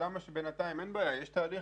לסגור